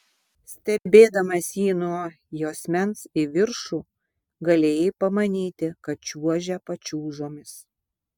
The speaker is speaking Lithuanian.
stebėdamas jį nuo juosmens į viršų galėjai pamanyti kad čiuožia pačiūžomis